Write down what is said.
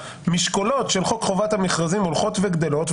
המשקולות של חוק חובת המכרזים הולכות וגדלות.